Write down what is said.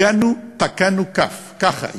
הגענו, תקענו כף, ככה.